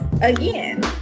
Again